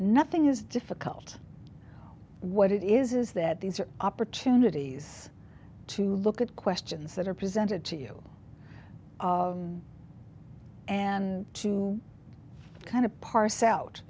nothing is difficult what it is is that these are opportunities to look at questions that are presented to you and to kind of parse out